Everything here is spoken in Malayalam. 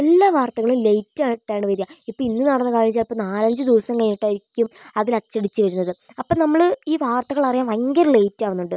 എല്ലാ വാർത്തകളും ലേറ്റായിട്ടാണ് വരിക ഇപ്പം ഇന്ന് നടന്ന കാര്യം ചിലപ്പം നാലഞ്ച് ദിവസം കഴിഞ്ഞിട്ടായിരിക്കും അതിലച്ചടിച്ച് വരുന്നത് അപ്പം നമ്മള് ഈ വാർത്തകളറിയാൻ ഭയങ്കര ലേറ്റാവുന്നുണ്ട്